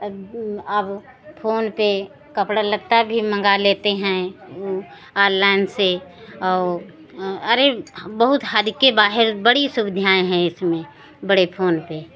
अब अब फोन पर कपड़ा लत्ता ही मंगा लेते हैं आनलाएन से और अरे हम बहुत हद के बाहर बड़ी सुविधाएँ हैं इसमें बड़े फोन पर